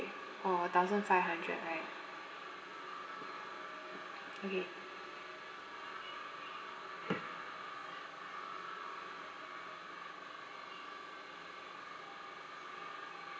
oh a thousand five hundred right okay